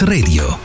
Radio